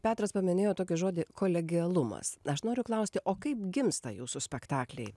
petras paminėjo tokį žodį kolegialumas aš noriu klausti o kaip gimsta jūsų spektakliai